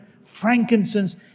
frankincense